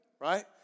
right